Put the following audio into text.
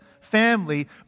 family